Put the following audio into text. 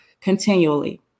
continually